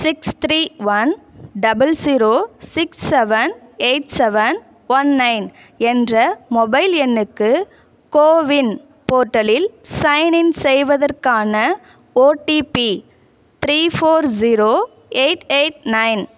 six three one double zero six seven eight seven one nine என்ற mobile எண்ணுக்கு கோவின் போர்ட்டலில் sign in செய்வதற்கான OTP three four zero eight eight nine